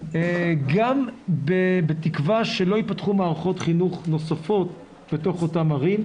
גם בתקווה שלא ייפתחו מערכות חינוך נוספות בתוך אותן ערים.